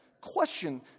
question